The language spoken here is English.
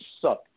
suck